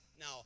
now